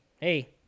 hey